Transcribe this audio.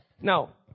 Now